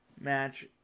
match